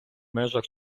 межах